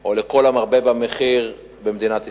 או לכל המרבה במחיר במדינת ישראל,